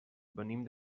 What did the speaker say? venim